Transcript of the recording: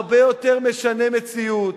הרבה יותר משנה מציאות.